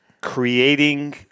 creating